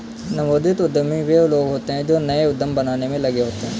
नवोदित उद्यमी वे लोग होते हैं जो नए उद्यम बनाने में लगे होते हैं